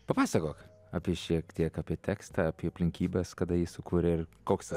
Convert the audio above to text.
papasakok apie šiek tiek apie tekstą apie aplinkybes kada jį sukūrė ir koks